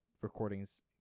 recordings